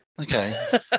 Okay